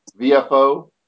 VFO